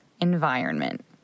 environment